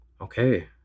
Okay